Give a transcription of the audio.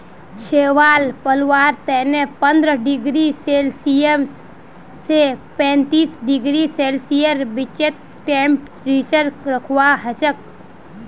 शैवाल पलवार तने पंद्रह डिग्री सेल्सियस स पैंतीस डिग्री सेल्सियसेर बीचत टेंपरेचर रखवा हछेक